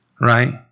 Right